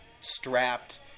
strapped